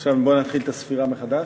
עכשיו בוא נתחיל את הספירה מחדש.